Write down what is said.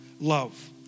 love